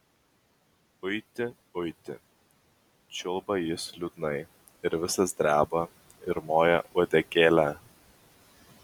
uiti uiti čiulba jis liūdnai ir visas dreba ir moja uodegėle